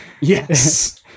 yes